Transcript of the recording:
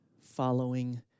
following